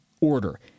order